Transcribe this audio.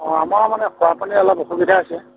অঁ আমাৰ মানে খোৱা পানীৰ অলপ অসুবিধা হৈছে